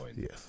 yes